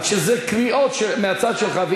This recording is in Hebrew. אבל כשזה קריאות מהצד שלך,